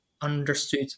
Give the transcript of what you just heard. understood